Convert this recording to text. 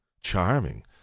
charming